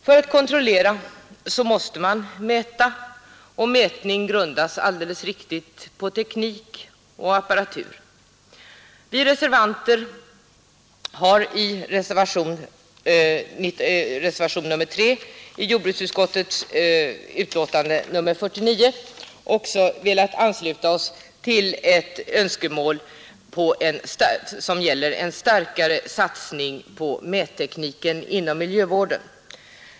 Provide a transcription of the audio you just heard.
För att kontrollera måste man mäta, och mätning grundas på teknik och apparatur. Vi reservanter har i reservationen 4 till jordbruksutskottets betänkande nr 49 också velat ansluta oss till ett önskemål om en starkare satsning på mättekniken inom miljövården.